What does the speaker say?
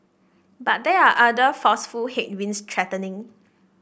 but there are other forceful headwinds threatening